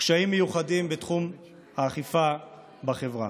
קשיים מיוחדים באכיפה בתחום זה.